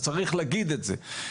אז צריך להגיד את זה.